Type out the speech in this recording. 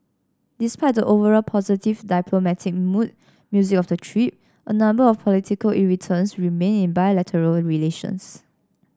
despite the overall positive diplomatic mood music of the trip a number of political irritants remain in bilateral relations